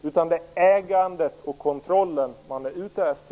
Det är ägandet och kontrollen man är ute efter.